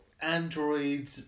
Android